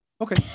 okay